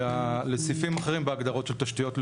לסעיפים אחרים בהגדרות של תשתיות לאומיות.